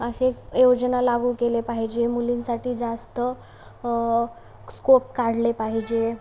असे योजना लागू केले पाहिजे मुलींसाठी जास्त स्कोप काढले पाहिजे